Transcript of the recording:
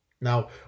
Now